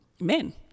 men